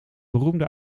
beroemde